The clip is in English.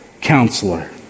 counselor